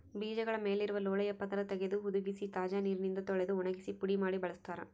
ಬೀಜಗಳ ಮೇಲಿರುವ ಲೋಳೆಯ ಪದರ ತೆಗೆದು ಹುದುಗಿಸಿ ತಾಜಾ ನೀರಿನಿಂದ ತೊಳೆದು ಒಣಗಿಸಿ ಪುಡಿ ಮಾಡಿ ಬಳಸ್ತಾರ